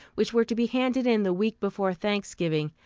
which were to be handed in the week before thanksgiving,